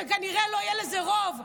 כנראה לא יהיה לזה רוב,